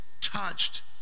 touched